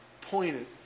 pointed